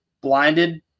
blinded